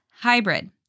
hybrid